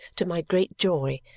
to my great joy.